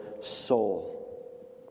soul